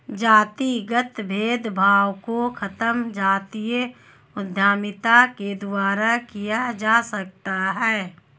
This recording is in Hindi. जातिगत भेदभाव को खत्म जातीय उद्यमिता के द्वारा किया जा सकता है